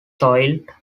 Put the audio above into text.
soiled